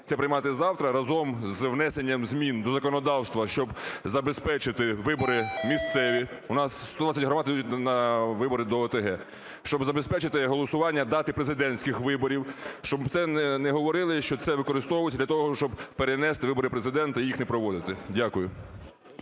це приймати завтра разом з внесенням змін до законодавства, щоб забезпечити вибори місцеві, у нас 120 громад йдуть на вибори до ОТГ, щоб забезпечити голосування дати президентських виборів, щоб це не говорили, що це використовується для того, щоб перенести вибори Президента і їх не проводити? Дякую.